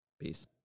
Peace